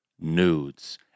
nudes